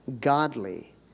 godly